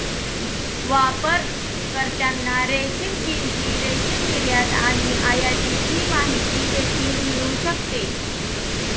वापरकर्त्यांना रेशीम किंमती, रेशीम निर्यात आणि आयातीची माहिती देखील मिळू शकते